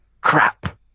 Crap